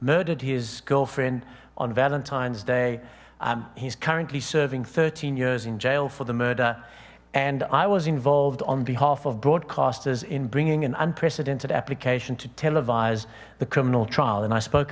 murdered his girlfriend on valentine's day he's currently serving thirteen years in jail for the murder and i was involved on behalf of broadcasters in bringing an unprecedented application to televise the criminal trial and i spoke